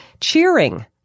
cheering